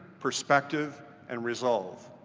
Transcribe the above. perspective and resolve.